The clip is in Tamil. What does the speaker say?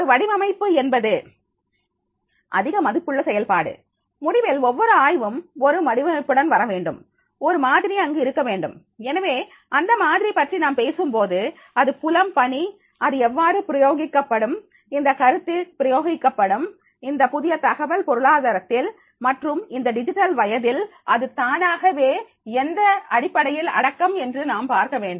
ஒரு வடிவமைப்பு என்பது அதிக மதிப்புள்ள செயல்பாடு முடிவில் ஒவ்வொரு ஆய்வும் ஒரு வடிவமைப்புடன் வரவேண்டும் ஒருமாதிரி அங்கு இருக்க வேண்டும் எனவே அந்த மாதிரி பற்றி நாம் பேசும்போது அது புலம் பணி அது எவ்வாறு பிரயோகிக்கப்படும் இந்தக் கருத்து பிரயோகிக்கப்படும் இந்த புதிய தகவல் பொருளாதாரத்தில் மற்றும் இந்த டிஜிட்டல் வயதில் அது தானாகவே எந்த அடிப்படையில் அடக்கம் என்று நாம் பார்க்க வேண்டும்